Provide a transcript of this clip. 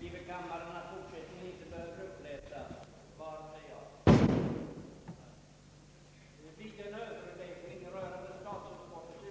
Yrkanden vid bankoutskottets